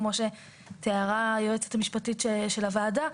כמו שתיארה היועצת המשפטית של הוועדה,